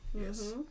Yes